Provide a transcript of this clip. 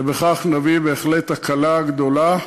ובכך נביא בהחלט הקלה גדולה.